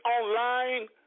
online